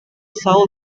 south